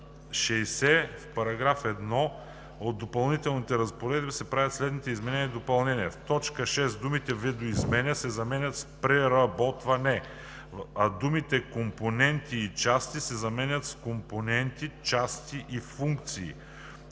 60. В § 1 от допълнителните разпоредби се правят следните изменения и допълнения: 1. В т. 6 думата „Видоизменяне“ се заменя с „Преработване“, а думите „компоненти и части“ се заменят с „компоненти, части и функции“.